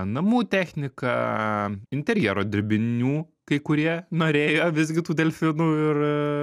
namų technika interjero dirbinių kai kurie norėjo visgi tų delfinų ir